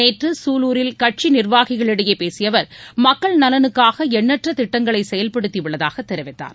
நேற்று சூலூரில் கட்சி நிர்வாகிகளிடையே பேசிய அவர் மக்கள் நலனுக்காக எண்ணற்ற திட்டங்களை செயல்படுத்தியுள்ளதாக தெரிவித்தார்